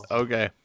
okay